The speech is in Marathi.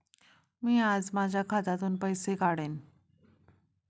मी आज माझ्या खात्यातून पैसे काढेन